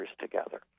together